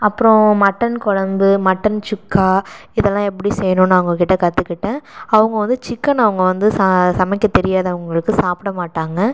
அப்புறோம் மட்டன் கொழம்பு மட்டன் சுக்கா இதெல்லாம் எப்படி செய்யணும்னு நான் அவங்க கிட்ட கற்றுக்கிட்டேன் அவங்க வந்து சிக்கன் அவங்கள் வந்து சமைக்க தெரியாது அவர்களுக்கு சாப்பிட மாட்டாங்க